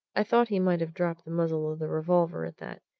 i thought he might have dropped the muzzle of the revolver at that,